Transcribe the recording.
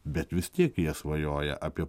bet vis tiek jie svajoja apie